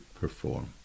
perform